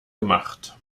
gemacht